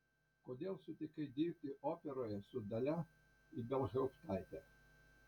kodėl sutikai dirbti operoje su dalia ibelhauptaite